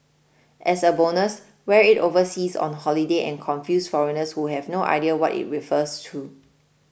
as a bonus wear it overseas on the holiday and confuse foreigners who have no idea what it refers to